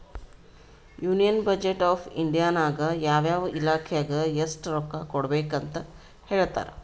union budget of India ನಾಗ್ ಯಾವ ಯಾವ ಇಲಾಖೆಗ್ ಎಸ್ಟ್ ರೊಕ್ಕಾ ಕೊಡ್ಬೇಕ್ ಅಂತ್ ಹೇಳ್ತಾರ್